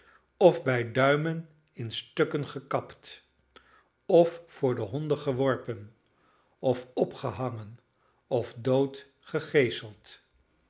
of bij duimen in stukken gekapt of voor de honden geworpen of opgehangen of dood gegeeseld